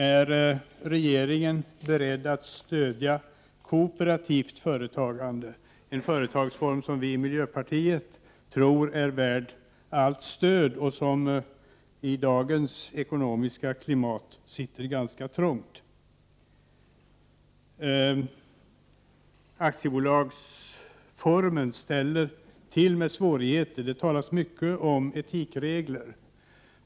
Är regeringen beredd att stödja kooperativt företagande, en företagsform som vi i miljöpartiet tror är värd allt stöd och som i dagens ekonomiska klimat sitter ganska trångt? Aktiebolagsformen ställer till svårigheter. Det talas mycket om etikregler.